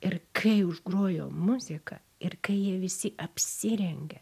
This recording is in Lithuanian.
ir kai užgrojo muzika ir kai jie visi apsirengė